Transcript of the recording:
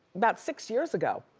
about six years ago,